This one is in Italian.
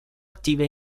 attive